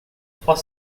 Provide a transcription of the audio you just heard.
trois